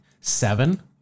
seven